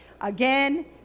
again